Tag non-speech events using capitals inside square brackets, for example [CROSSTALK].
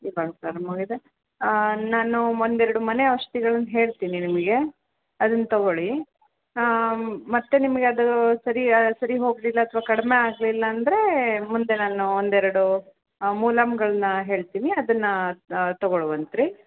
[UNINTELLIGIBLE] ಹಾಂ ನಾನು ಒಂದೆರಡು ಮನೆ ಔಷ್ದಿಗಳನ್ನು ಹೇಳ್ತೀನಿ ನಿಮಗೆ ಅದನ್ನು ತಗೊಳ್ಳಿ ಮತ್ತೆ ನಿಮಗೆ ಅದು ಸರಿ ಸರಿ ಹೋಗಲಿಲ್ಲ ಅಥ್ವಾ ಕಡಿಮೆ ಆಗಲಿಲ್ಲ ಅಂದರೆ ಮುಂದೆ ನಾನು ಒಂದೆರಡು ಮುಲಾಮ್ಗಳನ್ನ ಹೇಳ್ತೀನಿ ಅದನ್ನ ತಗೊಳ್ಳುವಂತ್ರಿ